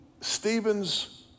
Stephen's